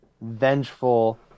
vengeful